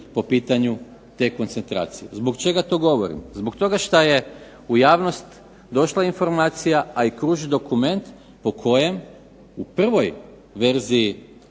po pitanju te koncentracije. Zbog čega to govorim? Zbog toga što je u javnost došla informacija, a i kruži dokument po kojem u prvoj verziji